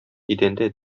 идәндә